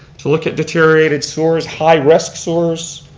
to look at deteriorated sewers, high risk sewers.